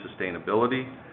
sustainability